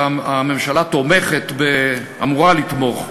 שהממשלה תומכת, אמורה לתמוך,